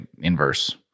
inverse